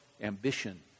ambition